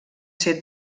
ser